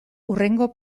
hurrengo